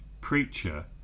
Preacher